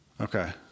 Okay